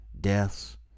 deaths